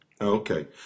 Okay